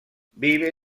vive